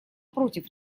против